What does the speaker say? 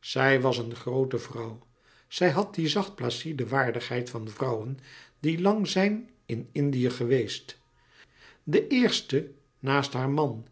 zij was een groote vrouw zij had die zacht placide waardigheid van vrouwen die lang zijn in indië geweest de eerste naast haar man